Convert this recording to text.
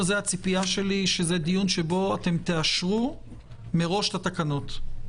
זה דיון שבו אתם תאשרו מראש את התקנות.